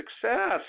success